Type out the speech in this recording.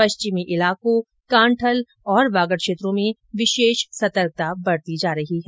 पश्चिमी इलाकों कांठल और वागड क्षेत्रों में विशेष सतर्कता बरती जा रही है